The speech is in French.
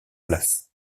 place